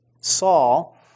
Saul